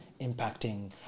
Impacting